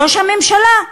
ראש הממשלה.